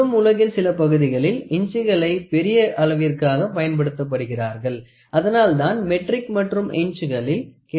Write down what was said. இன்றும் உலகில் சில பகுதிகளில் இஞ்சுகளை பெரிய அளவிற்காக பயன்படுத்துகிறார்கள் அதனால் தான் மெட்ரிக் மற்றும் இஞ்சுகளில் கிடைக்கின்றன